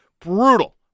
brutal